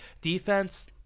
defense